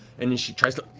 and and she tries to